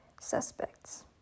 suspects